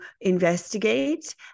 investigate